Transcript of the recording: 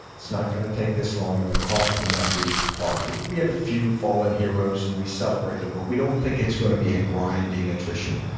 it's not going to take this long and the cost will not be hard. we we have a few fallen heroes and we celebrate them but we don't think it's going to be a grinding attrition.